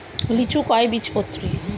লিচু কয় বীজপত্রী?